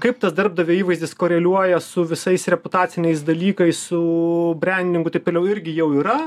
kaip tas darbdavio įvaizdis koreliuoja su visais reputaciniais dalykais su brendingu taip toliau irgi jau yra